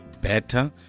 better